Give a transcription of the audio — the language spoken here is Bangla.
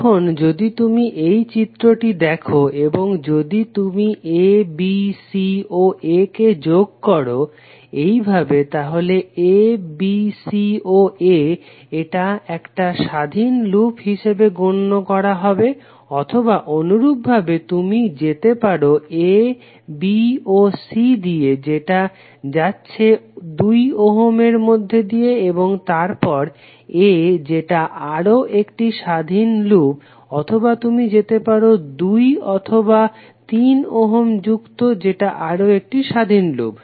এখন যদি তুমি এই চিত্রটি দেখো এবং যদি তুমি a b c ও a কে যোগ করো এইভাবে তাহলে a b c ও a এটা একটা স্বাধীন লুপ হিসাবে গণ্য করা হবে অথবা অনুরূপভাবে তুমি যেতে পারো a b ও c দিয়ে যেটা যাচ্ছে দুই ওহমের মধ্যে দিয়ে এবং তারপর a যেটা আরও একটি স্বাধীন লুপ অথবা তুমি পেতে পারো 2 অথবা 3 ওহম যুক্ত যেটা আরও একটি স্বাধীন লুপ